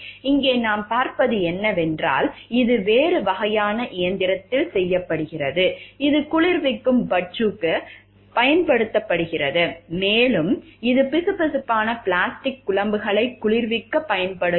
இங்கே நாம் பார்ப்பது என்னவென்றால் இது வேறு வகையான இயந்திரத்தில் செய்யப்படுகிறது இது குளிர்விக்கும் ஃபட்ஜுக்கு பயன்படுத்தப்படுகிறது மேலும் இது பிசுபிசுப்பான பிளாஸ்டிக் குழம்புகளை குளிர்விக்கப் பயன்படுகிறது